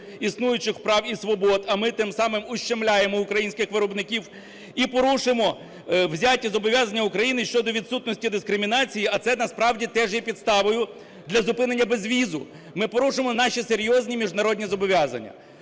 існуючих прав і свобод, а ми тим самим ущемляємо українських виробників, і порушимо взяті зобов'язання України щодо відсутності дискримінації, а це насправді теж є підставою для зупинення безвізу. Ми порушимо наші серйозні міжнародні зобов'язання.